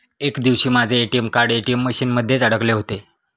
एक दिवशी माझे ए.टी.एम कार्ड ए.टी.एम मशीन मध्येच अडकले होते